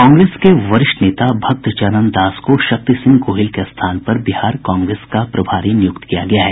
कांग्रेस के वरिष्ठ नेता भक्त चरण दास को शक्ति सिंह गोहिल के स्थान पर बिहार कांग्रेस का प्रभारी नियुक्त किया गया है